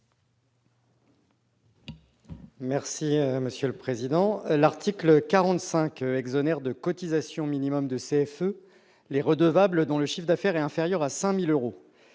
l'amendement n° II-665. L'article 45 exonère de cotisation minimum de CFE les redevables dont le chiffre d'affaires est inférieur à 5 000 euros.